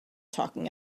talking